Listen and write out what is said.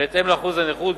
בהתאם לאחוז הנכות.